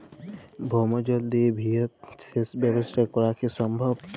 ভৌমজল দিয়ে বৃহৎ সেচ ব্যবস্থা করা কি সম্ভব?